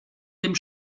dem